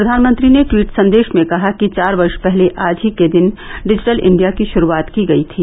प्रधानमंत्री ने ट्वीट संदेश में कहा कि चार वर्ष पहले आज ही के दिन डिजिटल इंडिया की शुरूआत की गई थी